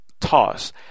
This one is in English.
toss